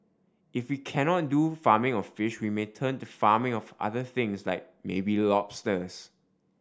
if we cannot do farming of fish we may turn to farming of other things like maybe lobsters